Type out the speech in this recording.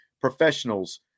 professionals